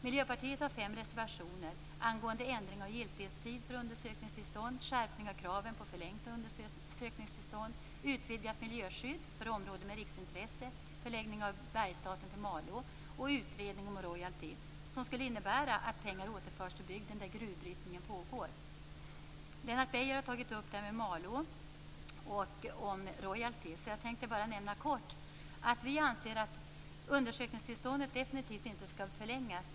Miljöpartiet har fem reservationer angående ändring av giltighetstid för undersökningstillstånd, skärpning av kraven på förlängt undersökningstillstånd, utvidgat miljöskydd för områden med riksintresse, förläggning av Bergsstaten till Malå och utredning om royalty som skulle innebära att pengar återförs till bygden där gruvbrytningen pågår. Lennart Beijer har tagit upp detta med Malå och royalty. Därför tänkte jag bara kort nämna att vi anser att undersökningstillståndet definitivt inte skall förlängas.